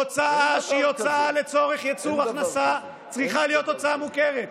הוצאה שהיא הוצאה לצורך ייצור הכנסה צריכה להיות הוצאה מוכרת.